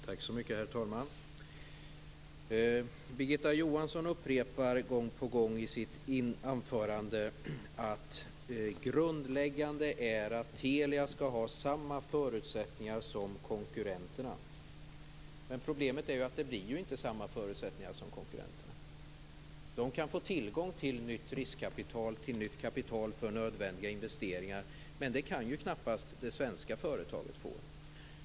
Herr talman! Birgitta Johansson upprepar gång på gång i sitt anförande att det grundläggande är att Telia skall ha samma förutsättningar som konkurrenterna. Men problemet är att det blir ju inte samma förutsättningar som konkurrenterna har. De kan få tillgång till nytt riskkapital, kapital för nödvändiga investeringar, men det kan ju knappast det svenska företaget få.